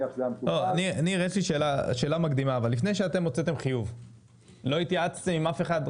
לפני שהוצאתם חיוב לא התייעצתם עם אף אחד?